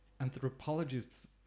anthropologists